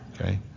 Okay